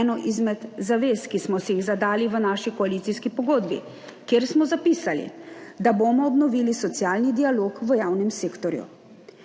eno izmed zavez, ki smo si jih zadali v naši koalicijski pogodbi, kjer smo zapisali, da bomo obnovili socialni dialog v javnem sektorju.